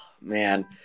man